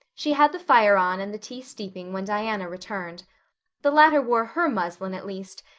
she had the fire on and the tea steeping when diana returned the latter wore her muslin, at least,